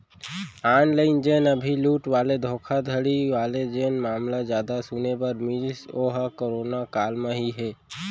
online जेन अभी लूट वाले धोखाघड़ी वाले जेन मामला जादा सुने बर मिलिस ओहा करोना काल म ही हे